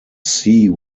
sea